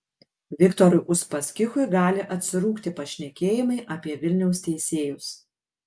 viktorui uspaskichui gali atsirūgti pašnekėjimai apie vilniaus teisėjus